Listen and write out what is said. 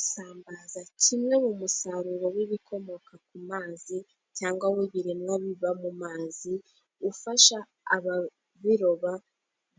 Isambaza, kimwe mu musaruro w'ibikomoka ku mazi cyangwa w'ibiremwa biba mu mazi, ufasha ababiroba